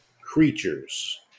creatures